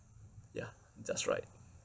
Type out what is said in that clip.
ya just right